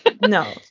No